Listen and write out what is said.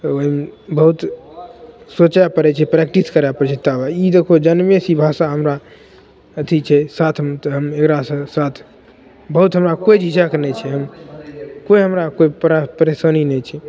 तऽ ओहिमे बहुत सोचै पड़ै छै प्रैक्टिस करै पड़ै छै तबे ई देखहो जनमेसे ई भाषा हमरा अथी छै साथमे तऽ हम एकरासे साथ बहुत हमरा कोइ झिझक नहि छै हम कोइ हमरा कोइ परा परेशानी नहि छै